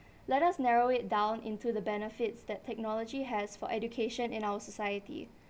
let us narrow it down into the benefits that technology has for education in our society